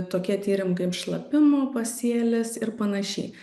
tokie tyrimai kaip šlapimo pasėlis ir panašiai